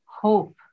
hope